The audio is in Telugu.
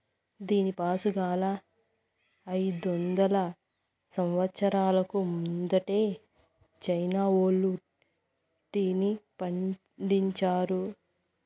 దీనిపాసుగాలా, అయిదొందల సంవత్సరాలకు ముందలే చైనా వోల్లు టీని పండించారా